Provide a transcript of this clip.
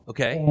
Okay